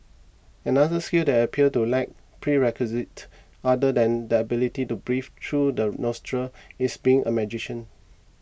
another skill that appears to lack prerequisites other than the ability to breathe through the nostrils is being a magician